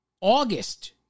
August